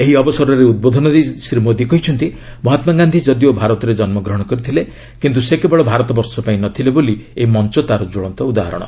ଏହି ଅବସରରେ ଉଦ୍ବୋଧନ ଦେଇ ଶ୍ରୀ ମୋଦି କହିଛନ୍ତି ମହାତ୍କାଗାନ୍ଧି ଯଦିଓ ଭାରତରେ ଜନ୍ମଗ୍ରହଣ କରିଥିଲେ କିନ୍ତୁ ସେ କେବଳ ଭାରତବର୍ଷ ପାଇଁ ନ ଥିଲେ ବୋଲି ଏହି ମଞ୍ଚ ତା'ର କ୍ୱଳନ୍ତ ଉଦାହରଣ